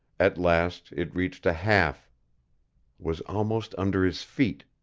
at last it reached a half was almost under his feet.